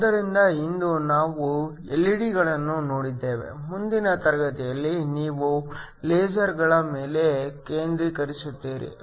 ಆದ್ದರಿಂದ ಇಂದು ನಾವು ಎಲ್ಇಡಿಗಳನ್ನು ನೋಡಿದ್ದೇವೆ ಮುಂದಿನ ತರಗತಿಯಲ್ಲಿ ನೀವು ಲೇಸರ್ಗಳ ಮೇಲೆ ಕೇಂದ್ರೀಕರಿಸುತ್ತೀರಿ